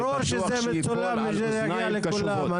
ברור שזה מצולם וזה יגיע לכולם.